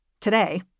Today